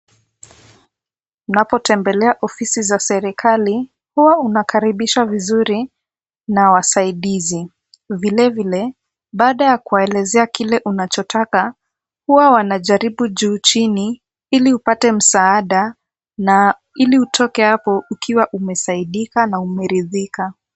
Unapotembelea ofisi za serikali huwa unakaribishwa vizuri na wasaidizi. Vilevile, baada ya kuwaelezea kile unachotaka huwa wanajaribu juu chini ili upate msaada na ili utoke hapo ukiwa umesaidika na umeridhika.